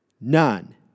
None